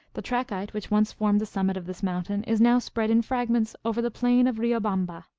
the trachyte which once formed the summit of this mountain is now spread in fragments over the plain of riobamba.